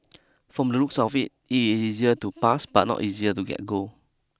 from the looks of it it is easier to pass but not easier to get gold